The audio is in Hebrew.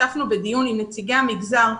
השתתפנו בדיון עם נציגי המגזר.